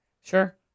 Sure